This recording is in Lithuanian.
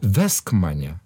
vesk mane